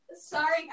sorry